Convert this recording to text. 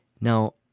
Now